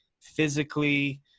physically